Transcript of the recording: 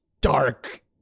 dark